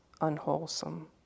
unwholesome